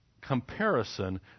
comparison